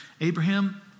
Abraham